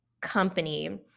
company